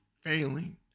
failing